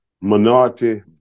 minority